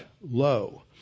low